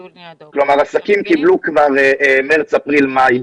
כלומר, עסקים כבר קיבלו עבור מארס, אפריל ומאי.